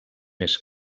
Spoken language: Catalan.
més